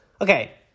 Okay